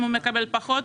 אם הוא מקבל פחות,